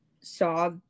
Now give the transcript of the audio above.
saw